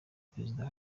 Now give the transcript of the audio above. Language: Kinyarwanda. perezida